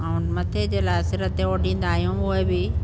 ऐं मथे जे लाइ सिर ते ओडींदा आहियूं उहे बि